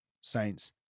saints